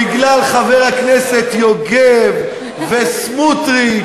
בגלל חברי הכנסת יוגב וסמוטריץ,